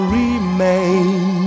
remain